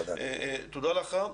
תודה לך.